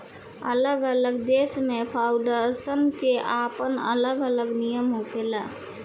अलग अलग देश में फाउंडेशन के आपन अलग अलग नियम होखेला